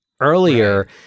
earlier